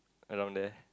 around there